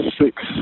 six